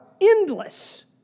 endless